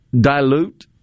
dilute